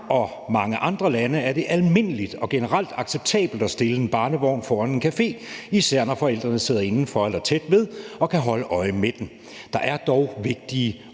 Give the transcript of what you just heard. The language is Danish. og mange andre lande er det almindeligt og generelt acceptabelt at stille en barnevogn foran en café, især når forældrene sidder indenfor eller tæt ved og kan holde øje med den. Der er dog vigtige